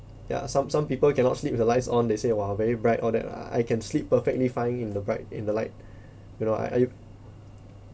ya some some people cannot sleep with the lights on they say !wah! very bright all that lah I can sleep perfectly fine in the bright in the light you know I I